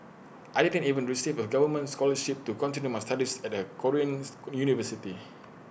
I didn't even receive A government scholarship to continue my studies at A Koreans university